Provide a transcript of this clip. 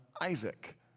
Isaac